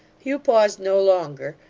hugh paused no longer,